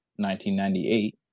1998